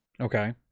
okay